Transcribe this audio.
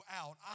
out